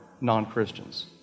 non-Christians